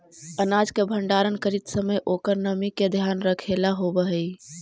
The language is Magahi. अनाज के भण्डारण करीत समय ओकर नमी के ध्यान रखेला होवऽ हई